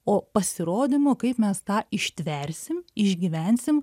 o pasirodymo kaip mes tą ištversim išgyvensim